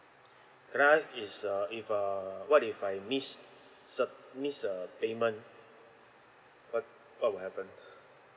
grant is uh if uh what if I miss cer~ miss a payment what what will happen